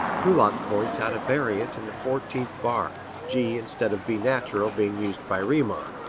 kullak points out a variant in the fourteenth bar, g instead of b natural being used by riemann.